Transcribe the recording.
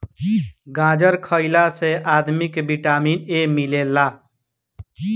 गाजर खइला से आदमी के विटामिन ए मिलेला